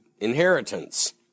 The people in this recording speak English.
inheritance